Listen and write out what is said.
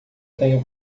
tenho